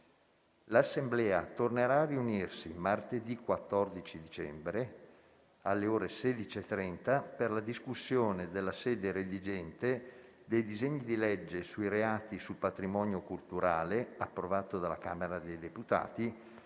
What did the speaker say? L'Assemblea tornerà a riunirsi martedì 14 dicembre, alle ore 16,30, per la discussione della sede redigente dei disegni di legge sui reati sul patrimonio culturale, approvato dalla Camera dei deputati,